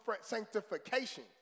sanctification